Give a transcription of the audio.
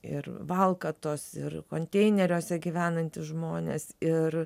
ir valkatos ir konteineriuose gyvenantys žmonės ir